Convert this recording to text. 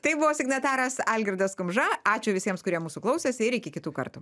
tai buvo signataras algirdas kumža ačiū visiems kurie mūsų klausėsi ir iki kitų kartų